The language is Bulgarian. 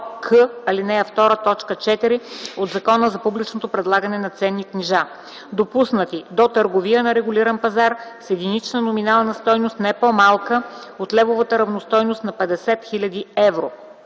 ал. 2, т. 4 от Закона за публичното предлагане на ценни книжа, допуснати до търговия на регулиран пазар, с единична номинална стойност не по-малка от левовата равностойност на 50 000 евро,